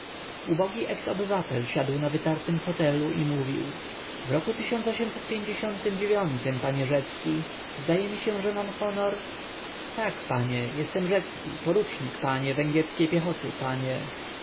ubogi eks obywatel siadł na wydartym fotelu i mówił w roku panie rzecki zdaje mi się że mam honor tak panie jestem rzecki porucznik panie węgierskiej piechoty panie